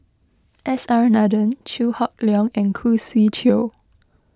S R Nathan Chew Hock Leong and Khoo Swee Chiow